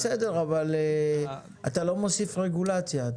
בסדר אבל אתה לא מוסיף רגולציה,